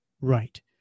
Right